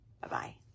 Bye-bye